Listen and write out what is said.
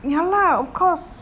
ya lah of course